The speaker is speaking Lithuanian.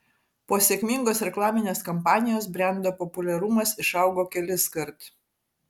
po sėkmingos reklaminės kampanijos brendo populiarumas išaugo keliskart